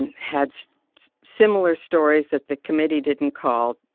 and had so similar stories that the committee didn't call.